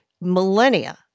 millennia